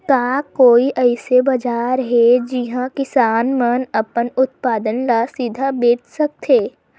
का कोई अइसे बाजार हे जिहां किसान मन अपन उत्पादन ला सीधा बेच सकथे?